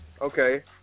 Okay